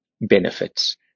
benefits